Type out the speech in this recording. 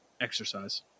exercise